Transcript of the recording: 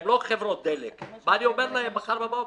מה אני אומר להם מחר בבוקר?